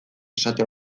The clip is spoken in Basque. esate